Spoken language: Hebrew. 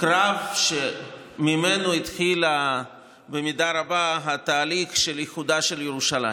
קרב שממנו התחיל במידה רבה התהליך של איחודה של ירושלים.